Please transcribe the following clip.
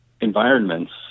environments